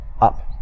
up